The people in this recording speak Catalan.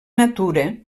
natura